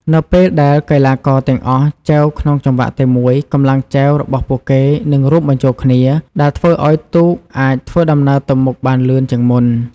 នៅពេលដែលកីឡាករទាំងអស់ចែវក្នុងចង្វាក់តែមួយ កម្លាំងចែវរបស់ពួកគេនឹងរួមបញ្ចូលគ្នា ដែលធ្វើឲ្យទូកអាចធ្វើដំណើរទៅមុខបានលឿនជាងមុន។